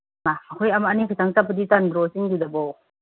ꯍꯩꯃꯥ ꯑꯩꯈꯣꯏ ꯑꯃ ꯑꯟꯤꯈꯛꯇꯪ ꯆꯠꯄꯗꯤ ꯇꯟꯗ꯭ꯔꯣ ꯆꯤꯡꯗꯨꯗꯕꯣ